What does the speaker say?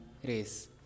race